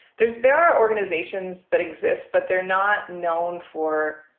there's there are organizations that exist, but they're not known for.